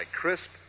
crisp